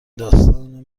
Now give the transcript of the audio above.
داستان